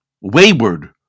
wayward